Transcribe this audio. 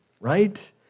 right